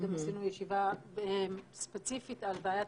קודם עשינו ישיבה ספציפית על בעיית